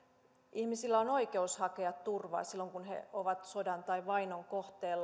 ihmisillä on oikeus hakea turvaa silloin kun he ovat sodan tai vainon kohteina